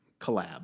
collab